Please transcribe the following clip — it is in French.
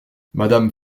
madame